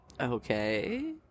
Okay